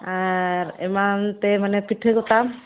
ᱟᱨ ᱮᱢᱟᱱ ᱛᱮ ᱯᱤᱴᱷᱟᱹ ᱠᱚᱛᱟᱢ